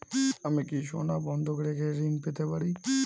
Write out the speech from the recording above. আমি কি সোনা বন্ধক রেখে ঋণ পেতে পারি?